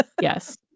Yes